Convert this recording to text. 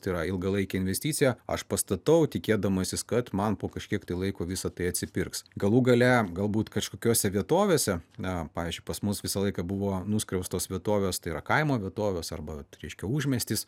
tai yra ilgalaikė investicija aš pastatau tikėdamasis kad man po kažkiek tai laiko visa tai atsipirks galų gale galbūt kažkokiose vietovėse na pavyzdžiui pas mus visą laiką buvo nuskriaustos vietoves tai yra kaimo vietovės arba tai reiškia užmiestis